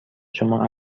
شما